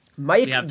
Mike